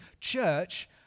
church